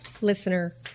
listener